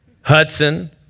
Hudson